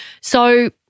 So-